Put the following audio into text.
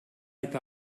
eta